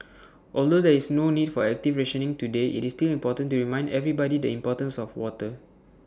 although there is no need for active rationing today IT is important to remind everybody the importance of water